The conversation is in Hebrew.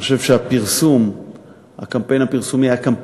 בסופו של דבר אני חושב שהקמפיין הפרסומי היה אפקטיבי,